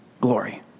glory